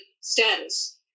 status